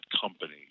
company